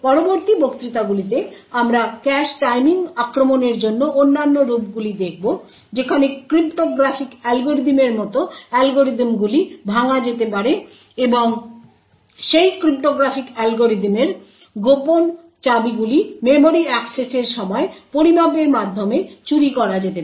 পরবর্তী বক্তৃতাগুলিতে আমরা ক্যাশ টাইমিং আক্রমণের অন্যান্য রূপগুলি দেখব যেখানে ক্রিপ্টোগ্রাফিক অ্যালগরিদমের মতো অ্যালগরিদমগুলি ভাঙা যেতে পারে এবং সেই ক্রিপ্টোগ্রাফিক অ্যালগরিদমের গোপন চাবিগুলি মেমরি অ্যাক্সেসের সময় পরিমাপের মাধ্যমে চুরি করা যেতে পারে